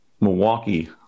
Milwaukee